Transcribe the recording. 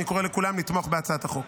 אני קורא לכולם לתמוך בהצעת החוק.